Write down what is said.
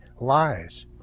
lies